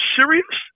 serious